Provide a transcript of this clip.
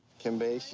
kembe,